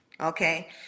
okay